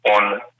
on